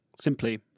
simply